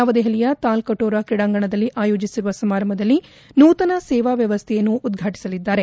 ನವದೆಹಲಿಯ ತಾಲ್ಕಟೋರ ಕ್ರೀಡಾಂಗಣದಲ್ಲಿ ಆಯೋಜಿಸಿರುವ ಸಮಾರಂಭದಲ್ಲಿ ನೂತನ ಸೇವಾ ವ್ಯವಸ್ನೆಯನ್ನು ಉದ್ಘಾಟಿಸಲಿದ್ದಾರೆ